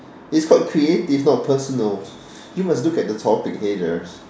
it's called creative not personal you must look at the topic headers